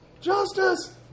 Justice